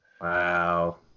Wow